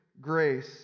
grace